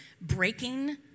breaking